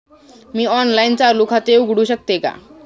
मी online चालू खाते उघडू शकते का?